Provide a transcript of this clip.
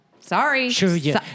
sorry